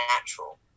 natural